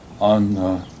on—